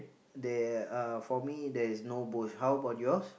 there uh for me there is no bush how about yours